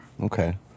Okay